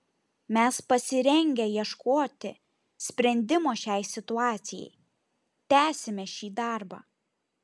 mes pasirengę ieškoti sprendimo šiai situacijai tęsime šį darbą